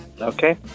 Okay